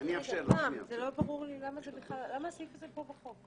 לא ברור לי למה הסעיף הזה פה בחוק.